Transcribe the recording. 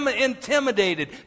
intimidated